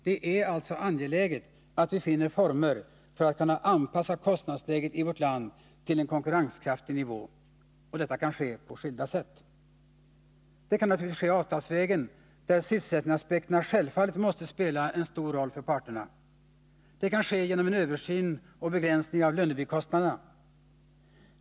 Det är alltså angeläget att vi finner den rätta formen för att kunna anpassa kostnadsläget i vårt land till en konkurrenskraftig nivå. Detta kan ske på skilda sätt. Det kan ske avtalsvägen, där sysselsättningsaspekterna självfallet måste spela en stor roll för parterna. Det kan ske genom en översyn och begränsning av lönebikostnaderna.